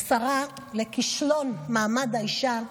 השרה לכישלון מעמד האישה,